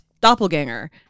doppelganger